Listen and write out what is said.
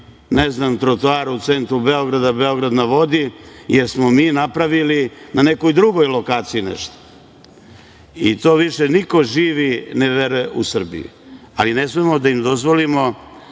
ne znam, trotoar u centru Beograda, „Beograd na vodi“, jer smo mi napravili na nekoj drugoj lokaciji nešto. To više niko živi ne veruje u Srbiji, ali ne smemo da im dozvolimo